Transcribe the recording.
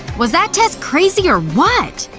was that test crazy or what?